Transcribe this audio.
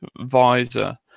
visor